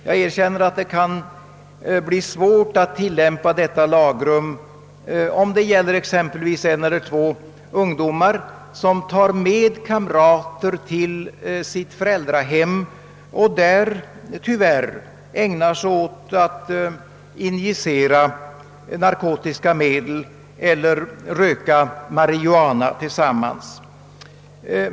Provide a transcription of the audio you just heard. Jag erkänner att det kan bli svårt att tillämpa detta lagrum, om det gäller exempelvis en eller två ungdomar som tar med kamrater till sitt föräldrahem och där, tyvärr, ägnar sig åt att injicera narkotiska medel eller röka marijuana tillsammans.